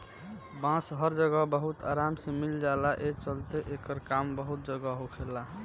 बांस हर जगह बहुत आराम से मिल जाला, ए चलते एकर काम बहुते जगह होखेला